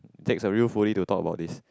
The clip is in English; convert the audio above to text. takes a real foodie to talk about this